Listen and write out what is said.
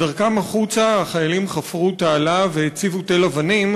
בדרכם החוצה החיילים חפרו תעלה והציבו תל אבנים